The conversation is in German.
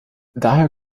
daher